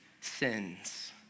sins